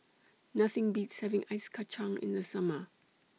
Nothing Beats having Ice Kacang in The Summer